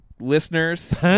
listeners